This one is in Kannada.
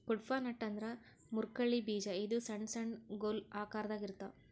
ಕುಡ್ಪಾ ನಟ್ ಅಂದ್ರ ಮುರ್ಕಳ್ಳಿ ಬೀಜ ಇದು ಸಣ್ಣ್ ಸಣ್ಣು ಗೊಲ್ ಆಕರದಾಗ್ ಇರ್ತವ್